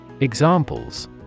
Examples